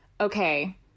okay